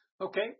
Okay